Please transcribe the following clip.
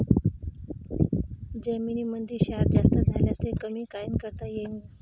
जमीनीमंदी क्षार जास्त झाल्यास ते कमी कायनं करता येईन?